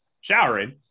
showering